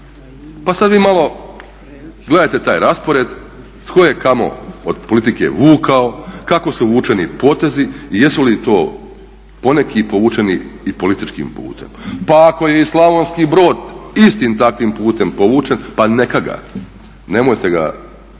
Pa sad vi malo gledajte taj raspored tko je kamo od politike vukao, kako su vučeni potezi i jesu li to poneki povučeni i političkim putem, pa ako je i Slavonski Brod istim takvim putem povučen pa neka ga, nemojte nas